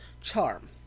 charm